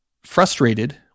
frustrated